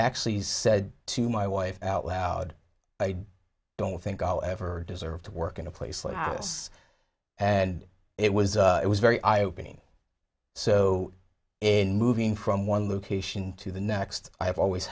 actually said to my wife out loud i don't think i'll ever deserve to work in a place like this and it was it was very eye opening so in moving from one location to the next i have always